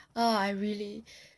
oh I really